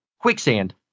quicksand